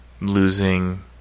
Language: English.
losing